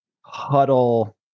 huddle